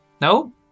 No